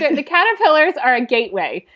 the caterpillars are a gateway.